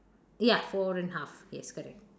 ya fold in half yes correct